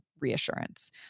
reassurance